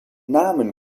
namen